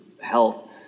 health